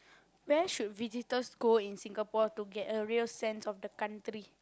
where should visitors go in Singapore to get a real sense of the country